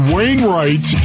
Wainwright